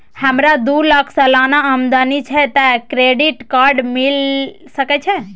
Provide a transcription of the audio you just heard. हमरा दू लाख सालाना आमदनी छै त क्रेडिट कार्ड मिल सके छै?